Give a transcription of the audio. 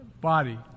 body